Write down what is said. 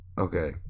Okay